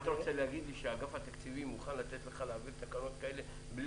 אתה רוצה להגיד לי שאגף התקציבים מוכן לתת לך להעביר תקנות כאלה בלי